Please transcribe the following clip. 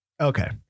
Okay